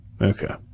Okay